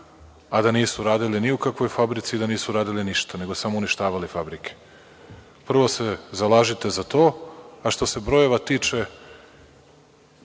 a da nisu radili ni u kakvoj fabrici i da nisu radili ništa, nego samo uništavali fabrike. Prvo se zalažite za to. Što se brojeva tiče,